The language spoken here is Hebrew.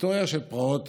היסטוריה של פרעות